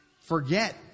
forget